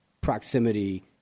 proximity